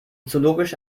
zoologische